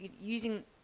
using